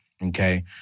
Okay